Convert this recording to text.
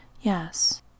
Yes